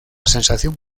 sensación